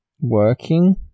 working